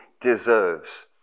deserves